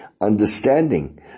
understanding